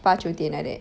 八九点 like that